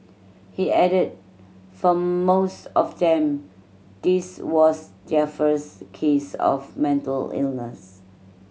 he added for most of them this was their first case of mental illness